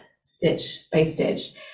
stitch-by-stitch